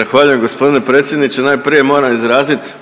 Arsen (SDP)** Zahvaljujem g. predsjedniče. Najprije moram izrazit